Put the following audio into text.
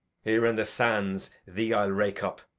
here in the sands thee i'll rake up,